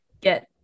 get